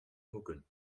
hoeken